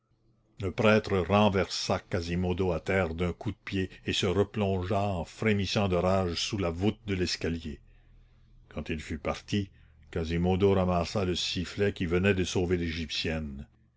le prêtre renversa quasimodo à terre d'un coup de pied et se replongea en frémissant de rage sous la voûte de l'escalier quand il fut parti quasimodo ramassa le sifflet qui venait de sauver l'égyptienne